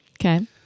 Okay